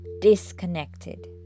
disconnected